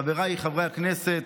חבריי חברי הכנסת,